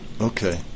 Okay